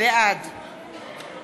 (קוראת בשמות חברי הכנסת)